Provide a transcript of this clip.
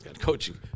coaching